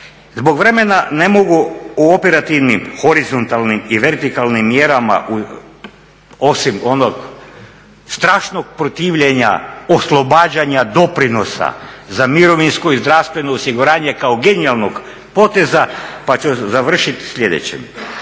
Zbog vremena ne mogu o operativnim, horizontalnim i vertikalnim mjerama osim onog strašnog protivljenja oslobađanja doprinosa za mirovinsko i zdravstveno osiguranje kao genijalnog poteza pa ću završiti sljedećim.